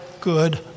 good